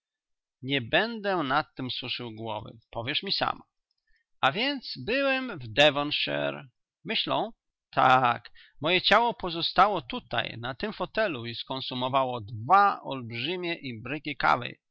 nie będę nad tem suszył głowy powiesz mi sam a więc byłem w devonshire myślą tak moje ciało pozostało tutaj na tym fotelu i skonsumowało dwa olbrzymie imbryki kawy